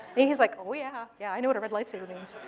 he's like, oh, yeah. yeah, i know what a red lightsaber means.